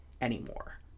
anymore